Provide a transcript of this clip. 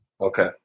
Okay